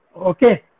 Okay